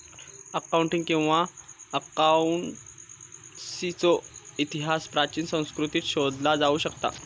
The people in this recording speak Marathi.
अकाऊंटिंग किंवा अकाउंटन्सीचो इतिहास प्राचीन संस्कृतींत शोधला जाऊ शकता